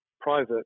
private